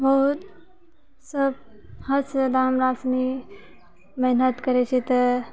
बहुत सभ हदसँ जादा हमरा सनि मेहनत करै छियै तऽ